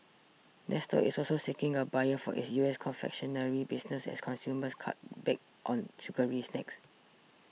nestle is also seeking a buyer for its U S confectionery business as consumers cut back on sugary snacks